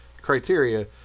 criteria